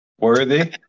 worthy